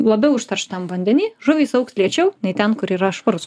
labiau užterštam vandeny žuvys augs lėčiau nei ten kur yra švarus